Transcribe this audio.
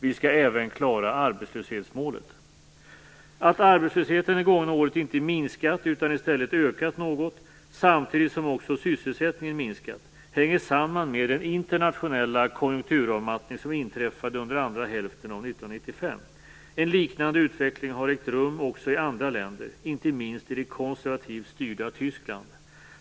Vi skall även klara arbetslöshetsmålet. Att arbetslösheten det gångna året inte minskat utan i stället ökat något, samtidigt som också sysselsättningen minskat, hänger samman med den internationella konjunkturavmattning som inträffade under andra hälften av 1995. En liknande utveckling har ägt rum också i andra länder, inte minst i det konservativt styrda Tyskland.